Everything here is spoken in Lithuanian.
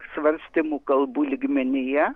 svarstymų kalbų lygmenyje